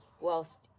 whilst